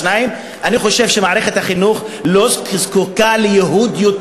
2. אני חושב שמערכת החינוך לא זקוקה לעוד ייהוד,